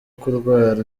kurwara